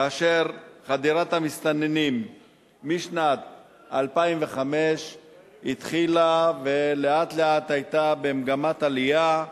כאשר חדירת המסתננים משנת 2005 התחילה ולאט-לאט היתה במגמת עלייה.